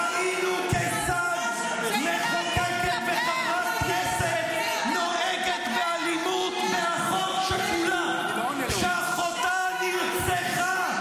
ראינו כיצד מחוקקת וחברת כנסת נוהגת באלימות באחות שכולה שאחותה נרצחה,